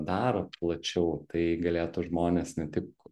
dar plačiau tai galėtų žmonės ne tik